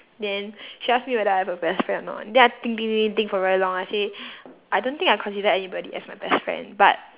then she ask me whether I have a best friend or not then I think think think think think for very long I say I don't think I consider anybody as my best friend but